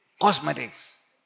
cosmetics